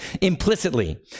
implicitly